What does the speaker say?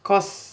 cause